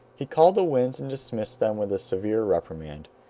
he called the winds and dismissed them with a severe reprimand.